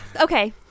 Okay